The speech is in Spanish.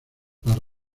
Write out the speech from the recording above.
las